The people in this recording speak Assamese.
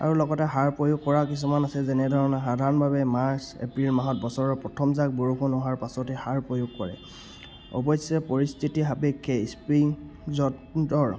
আৰু লগতে সাৰ প্ৰয়োগ কৰা কিছুমান আছে যেনেধৰণে সাধাৰণভাৱে মাৰ্চ এপ্ৰিল মাহত বছৰৰ প্ৰথমজাক বৰষুণ হোৱাৰ পাছতে সাৰ প্ৰয়োগ কৰে অৱশ্যে পৰিস্থিতি সাপেক্ষে স্প্ৰিং যন্ত্ৰৰ